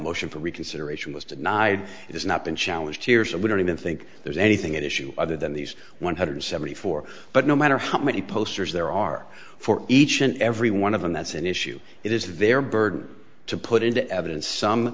motion for reconsideration was denied it is not been challenged here's what we don't even think there's anything at issue other than these one hundred seventy four but no matter how many posters there are for each and every one of them that's an issue it is their burden to put into evidence some